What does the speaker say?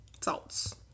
Salts